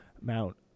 mount